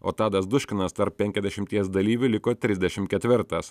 o tadas duškinas tarp penkiasdešimties dalyvių liko trisdešimt ketvirtas